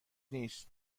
نیست